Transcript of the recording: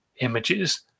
images